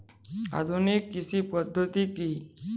আধুনিক কৃষি পদ্ধতি কী?